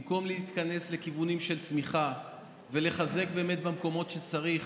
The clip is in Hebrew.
ובמקום להתכנס לכיוונים של צמיחה ולחזק במקומות שצריך,